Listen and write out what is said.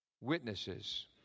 witnesses